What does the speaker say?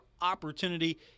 opportunity